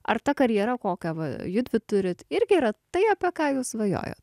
ar ta karjera kokia va judvi turit irgi yra tai apie ką jūs svajojat